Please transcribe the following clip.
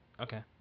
Okay